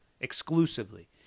exclusively